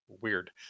weird